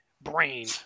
brain